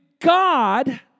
God